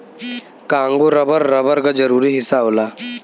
Congo rubber, rubber क जरूरी हिस्सा होला